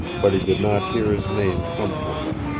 but he did not hear his name come from them,